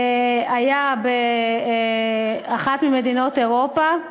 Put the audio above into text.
היה באחת ממדינות אירופה,